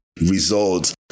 results